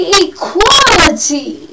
equality